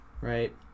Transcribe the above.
right